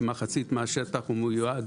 כמחצית מהשטח הוא מיועד